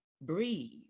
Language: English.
breathe